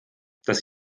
dass